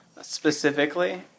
specifically